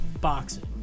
boxing